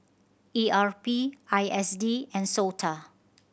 E R P I S D and SOTA